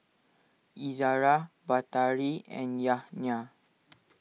Izara Batari and Yahya